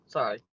Sorry